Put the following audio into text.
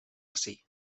ací